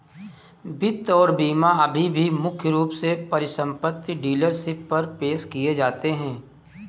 वित्त और बीमा अभी भी मुख्य रूप से परिसंपत्ति डीलरशिप पर पेश किए जाते हैं